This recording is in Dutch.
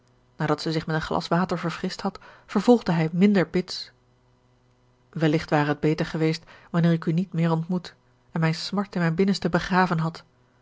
nadat zij zich met een glas water verfrischt had vervolgde hij minder bits welligt ware het beter geweest wanneer ik u niet meer ontmoet en mijne smart in mijn binnenste begraven had